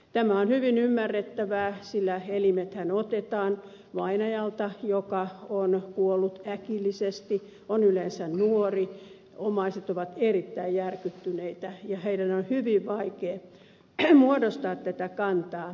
tämä on hyvin ymmärrettävää sillä elimethän otetaan vainajalta joka on kuollut äkillisesti on yleensä nuori omaiset ovat erittäin järkyttyneitä ja heidän on hyvin vaikea muodostaa tätä kantaa äkisti